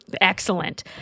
excellent